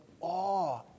awe